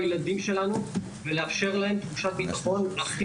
הילדים שלנו ולאפשר להם תחושת ביטחון.